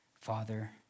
Father